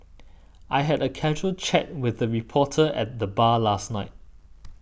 I had a casual chat with a reporter at the bar last night